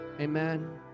amen